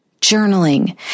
journaling